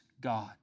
God